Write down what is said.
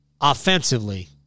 offensively